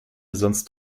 sonst